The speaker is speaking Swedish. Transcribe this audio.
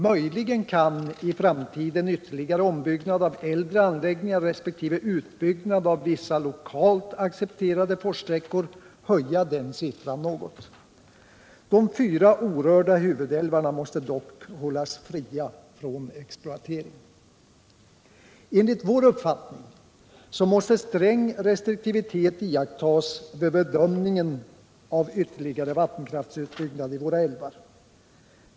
Möjligen kan i framtiden ytterligare ombyggnad av äldre anläggningar resp. utbyggnad av vissa lokalt accepterade forssträckor höja den siffran något. De fyra orörda huvudälvarna måste dock hållas fria från exploatering. Enligt vår uppfattning måste sträng restriktivitet iakttas vid bedömningen av ytterligare vattenkraftsutbyggnad i våra älvar.